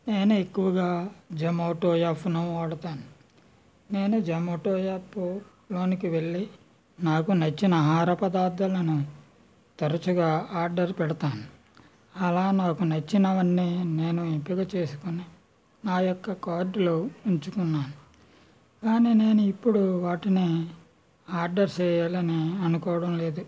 నేను ఎక్కువగా జమోటో యాప్ను వాడతాను నేను జమోటో యాపు లోనికి వెళ్ళి నాకు నచ్చిన ఆహార పదార్థాలను తరచుగా ఆర్డర్ పెడతాను అలా నాకు నచ్చినవన్నీ నేను ఎంపిక చేసుకుని నా యొక్క కార్టులో ఉంచుకున్నాను కానీ నేను ఇప్పుడు వాటిని ఆర్డర్ చేయాలని అనుకోవడం లేదు